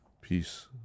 Peace